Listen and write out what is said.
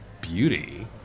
beauty